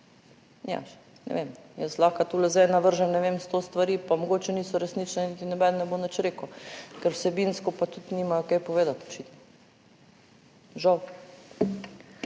Nimaš. Ne vem, jaz lahko tule zdaj navržem, ne vem, sto stvari pa mogoče niso resnične in niti noben ne bo nič rekel, ker vsebinsko pa tudi nimajo kaj povedati